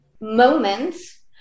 moments